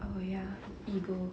oh ya ego